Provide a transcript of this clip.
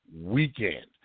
weekend